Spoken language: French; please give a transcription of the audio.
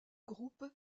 groupe